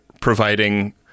providing